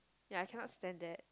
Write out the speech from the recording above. ya I cannot stand that